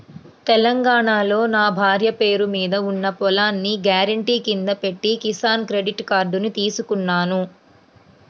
తెలంగాణాలో నా భార్య పేరు మీద ఉన్న పొలాన్ని గ్యారెంటీ కింద పెట్టి కిసాన్ క్రెడిట్ కార్డుని తీసుకున్నాను